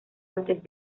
antes